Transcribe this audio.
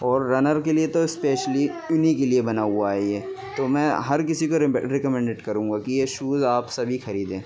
اور رنر کے لیے تو اسپیشلی انہیں کے لیے بنا ہوا ہے یہ تو میں ہر کسی کو ریکمنڈیڈ کروں گا کہ یہ شوز آپ سبھی خریدیں